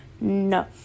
no